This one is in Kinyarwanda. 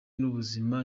n’ubuzima